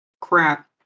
crap